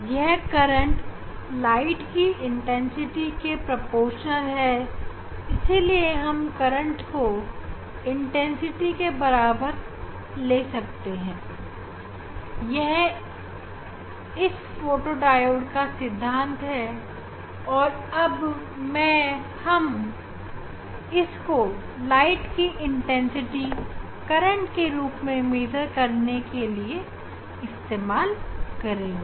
यह करंट प्रकाश की तीव्रता के अनुपातिक है इसलिए हम करंट को तीव्रता के बराबर ले सकते हैं यह इस फोटो डायोड का सिद्धांत है और अब हम इसको प्रकाश की तीव्रता करंट के रूप में नापने के लिए इस्तेमाल करेंगे